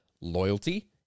loyalty